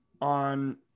on